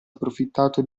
approfittato